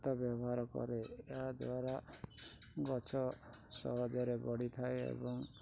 ଖତ ବ୍ୟବହାର କରେ ଏହାଦ୍ୱାରା ଗଛ ସହଜରେ ବଢ଼ିଥାଏ ଏବଂ